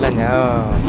but no